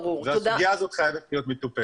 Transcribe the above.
והסוגיה הזאת חייבת להיות מטופלת.